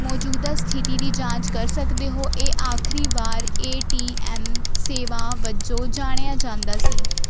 ਮੌਜੂਦਾ ਸਥਿਤੀ ਦੀ ਜਾਂਚ ਕਰ ਸਕਦੇ ਹੋ ਇਹ ਆਖਰੀ ਵਾਰ ਏਟੀਐਮ ਸੇਵਾ ਵਜੋਂ ਜਾਣਿਆ ਜਾਂਦਾ ਸੀ